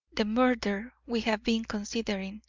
the murder we have been considering.